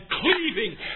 cleaving